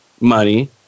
money